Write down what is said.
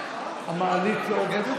המעלית לא עובדת?